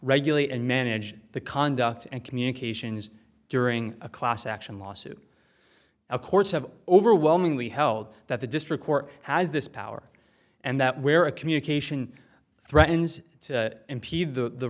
regulate and manage the conduct and communications during a class action lawsuit of courts have overwhelmingly held that the district court has this power and that where a communication threatens to impede the